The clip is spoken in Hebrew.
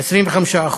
ב-25%,